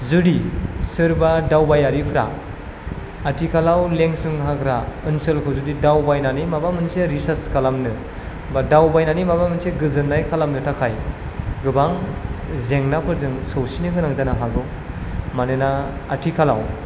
जुदि सोरबा दावबायारिफ्रा आथिखालआव लेंसुं हाग्रा ओनसोलखौ जुदि दावबायनानै माबा मोनसे रिसार्च खालामनो बा दावबायनानै माबा मोनसे गोजोननाय खालामनो थाखाय गोबां जेंनाफोरजों सौसिनो गोनां जानो हागौ मानोना आथिखालाव